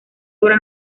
obra